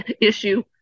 issue